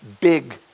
Big